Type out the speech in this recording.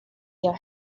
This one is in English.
your